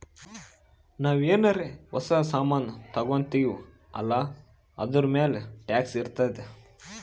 ನಾವು ಏನಾರೇ ಹೊಸ ಸಾಮಾನ್ ತಗೊತ್ತಿವ್ ಅಲ್ಲಾ ಅದೂರ್ಮ್ಯಾಲ್ ಟ್ಯಾಕ್ಸ್ ಇರ್ತುದೆ